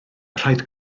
rhaid